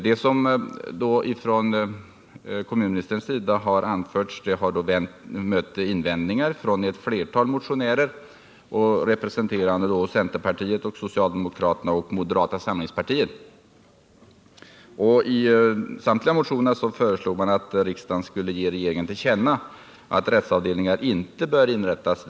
Det som kommunministern anförde har mött invändningar från ett flertal motionärer, representerande centerpartiet, socialdemokraterna och moderata samlingspartiet. I samtliga motioner har föreslagits att riksdagen skall ge regeringen till känna att rättsavdelningar vid länsstyrelserna inte bör inrättas.